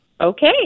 okay